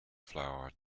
flour